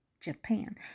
Japan